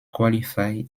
qualify